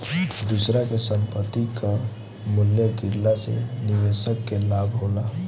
दूसरा के संपत्ति कअ मूल्य गिरला से निवेशक के लाभ होला